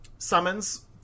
Summons